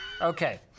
Okay